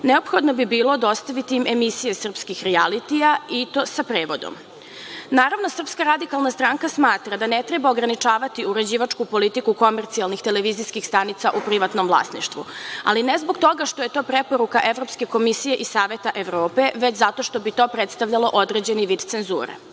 neophodno bi bilo dostaviti im emisije srpskih rijalitlija i to sa prevodom. Naravno, Srpska radikalna stranka smatra da ne treba ograničavati uređivačku političku komercijalnih televizijskih stanica u privatnom vlasništvu, ali ne zbog toga što je to preporuka Evropske komisije i Saveta Evrope, već zato što bi to predstavljalo određeni vid cenzure. Vlasnici